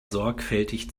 sorgfältig